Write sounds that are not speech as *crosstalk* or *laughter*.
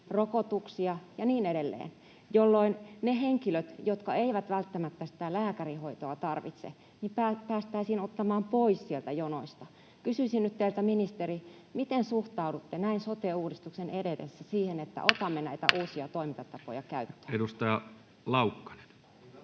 rokotuksia ja niin edelleen, jolloin ne henkilöt, jotka eivät välttämättä sitä lääkärihoitoa tarvitse, päästäisiin ottamaan pois sieltä jonoista. Kysyisin nyt teiltä, ministeri: miten suhtaudutte näin sote-uudistuksen edetessä siihen, että otamme *noise* näitä uusia toimintatapoja käyttöön? [Speech